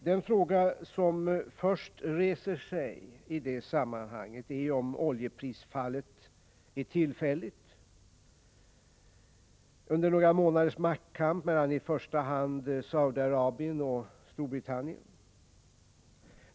Den fråga som först reser sig i det sammanhanget är om oljeprisfallet är tillfälligt under några månaders maktkamp mellan i första hand Saudiarabien och Storbritannien.